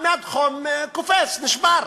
המדחום קופץ, נשבר.